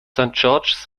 george’s